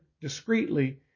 discreetly